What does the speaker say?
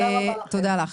תודה רבה לכם.